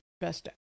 Best